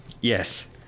Yes